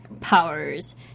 powers